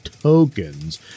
tokens